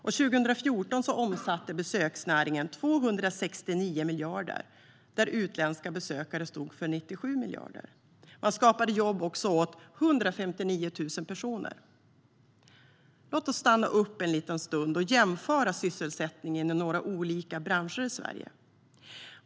År 2014 omsatte besöksnäringen 269 miljarder, varav utländska besökare stod för 97 miljarder, och den skapade jobb åt 159 000 personer. Låt oss stanna upp en liten stund och jämföra sysselsättningen i några olika branscher i Sverige!